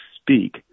speak